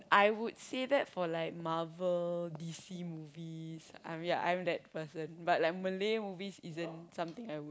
I would say that for like Marvel D_C movies um ya I'm that person but Malay movie isn't something I would